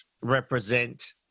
represent